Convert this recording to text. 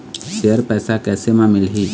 Share पैसा कैसे म मिलही?